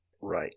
right